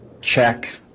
check